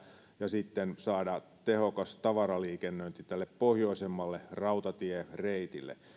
ja sitten saada tehokas tavaraliikennöinti tälle pohjoisemmalle rautatiereitille